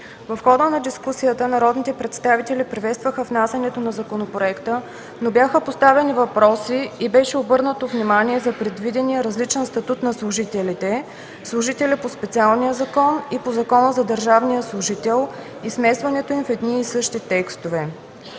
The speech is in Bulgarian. В хода на дискусията народните представители приветстваха внасянето на законопроекта, но бяха поставени въпроси и беше обърнато внимание на предвидения различен статут на служителите – служители по специалния закон и по Закона за държавния служител и смесването им в едни и същи текстове.